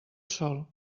sol